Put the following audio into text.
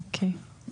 אוקיי.